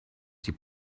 die